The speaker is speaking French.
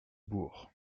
bourg